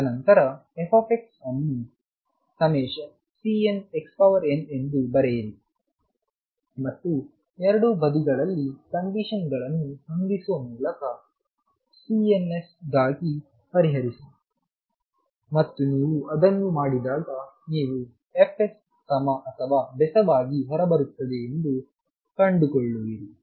ತದನಂತರ fಅನ್ನು Cnxn ಎಂದು ಬರೆಯಿರಿ ಮತ್ತು 2 ಬದಿಗಳಲ್ಲಿ ಕಂಡೀಶನ್ ಗಳನ್ನು ಹೊಂದಿಸುವ ಮೂಲಕ Cns ಗಾಗಿ ಪರಿಹರಿಸಿ ಮತ್ತು ನೀವು ಅದನ್ನು ಮಾಡಿದಾಗ ನೀವು fs ಸಮ ಅಥವಾ ಬೆಸವಾಗಿ ಹೊರಬರುತ್ತದೆ ಎಂದು ಕಂಡುಕೊಳ್ಳುವಿರಿ